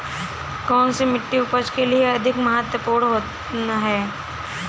कौन सी मिट्टी उपज के लिए अधिक महत्वपूर्ण है?